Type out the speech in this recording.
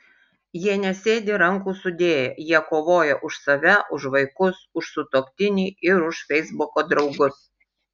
jie nesėdi rankų sudėję jie kovoja už save už vaikus už sutuoktinį ir už feisbuko draugus